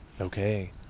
okay